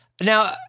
Now